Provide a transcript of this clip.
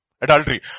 Adultery